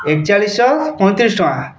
ଏକଚାଳିଶିଶହ ପଇଁତିରିଶ ଟଙ୍କା